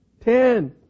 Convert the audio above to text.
Ten